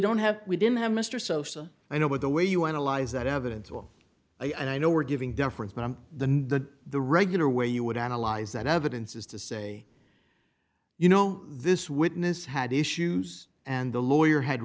don't have we didn't have mr sosa i know but the way you analyze that evidence well i know we're giving deference but i'm the the the regular way you would analyze that evidence is to say you know this witness had issues and the lawyer had